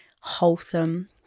wholesome